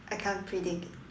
I can't predict